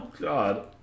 God